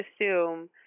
assume